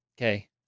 Okay